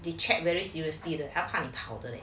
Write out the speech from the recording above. they check very seriously 他怕你跑 leh